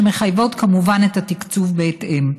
שמחייבות כמובן את התקצוב בהתאם: